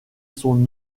son